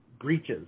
breaches